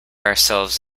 ourselves